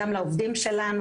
גם לעובדים שלנו,